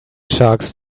sharks